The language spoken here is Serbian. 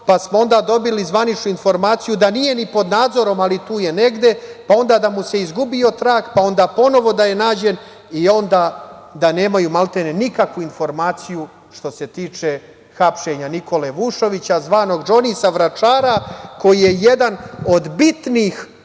pa smo onda dobili zvaničnu informaciju da nije ni pod nazorom, ali tu je negde, pa onda da mu se izgubio trag, pa onda ponovo da je nađen i onda da nemaju, maltene, nikakvu informaciju što se tiče hapšenja Nikole Vušovića, zvanog Džoni, sa Vračara koji je jedan od bitnih